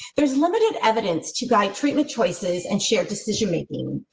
there's limited evidence to guide treatment choices and shared decision making.